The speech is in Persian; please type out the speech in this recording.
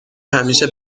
همیشه